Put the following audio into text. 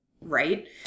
right